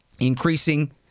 Increasing